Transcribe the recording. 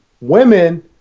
women